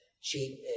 cheap